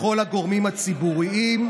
לכל הגורמים הציבוריים,